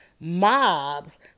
mobs